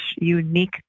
unique